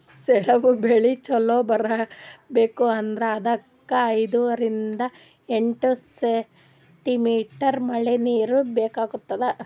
ಸೆಣಬ್ ಬೆಳಿ ಚಲೋ ಬರ್ಬೆಕ್ ಅಂದ್ರ ಅದಕ್ಕ್ ಐದರಿಂದ್ ಎಂಟ್ ಸೆಂಟಿಮೀಟರ್ ಮಳಿನೀರ್ ಬೇಕಾತದ್